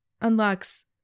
unlocks